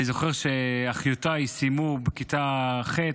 אני זוכר שאחיותיי סיימו כיתה ח',